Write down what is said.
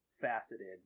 Faceted